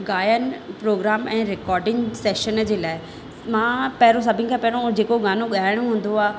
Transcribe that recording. गायन प्रोग्राम ऐं recording session जे लाइ मां पहिरों सभिनि खां पहिरों जेको गानो ॻाइणो हूंदो आहे